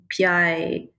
PI